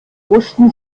wussten